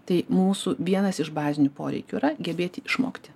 tai mūsų vienas iš bazinių poreikių yra gebėti išmokti